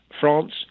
France